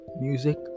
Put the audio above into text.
music